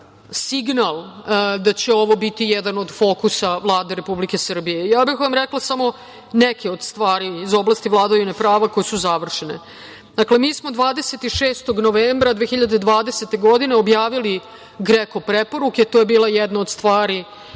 signal da će ovo biti jedan od fokusa Vlade Republike Srbije. Rekla bih vam samo neke od stvari iz oblasti vladavine prava koje su završene. Dakle, mi smo 26. novembra 2020. godine objavili GREKO preporuke. To je bila jedna od stvari